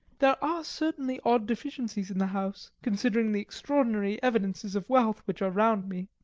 there are certainly odd deficiencies in the house, considering the extraordinary evidences of wealth which are round me.